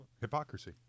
Hypocrisy